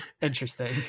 Interesting